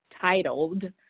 titled